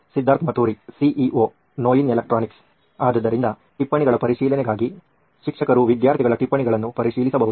Siddharth Maturi CEO ನೋಯಿನ್ electronics ಆದ್ದರಿಂದ ಟಿಪ್ಪಣಿಗಳ ಪರಿಶೀಲನೆಗಾಗಿ ಶಿಕ್ಷಕರು ವಿದ್ಯಾರ್ಥಿಗಳ ಟಿಪ್ಪಣಿಗಳನ್ನು ಪರಿಶೀಲಿಸಬಹುದು